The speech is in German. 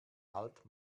halt